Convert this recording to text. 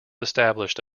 established